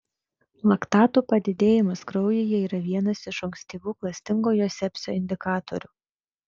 laktatų padidėjimas kraujyje yra vienas iš ankstyvų klastingojo sepsio indikatorių